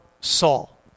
Saul